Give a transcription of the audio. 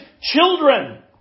children